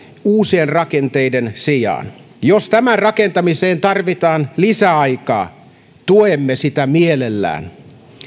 uusien rakenteiden sijaan jos tämän rakentamiseen tarvitaan lisäaikaa tuemme sitä mielellämme